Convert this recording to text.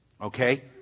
Okay